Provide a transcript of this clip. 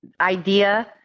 idea